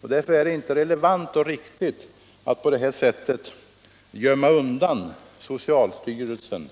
Det är därför inte riktigt att i detta fall bortse från vad som anförts av socialstyrelsen,